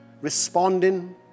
responding